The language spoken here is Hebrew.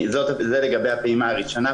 זה לגבי הפעימה הראשונה.